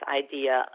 idea